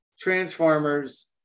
transformers